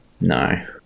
No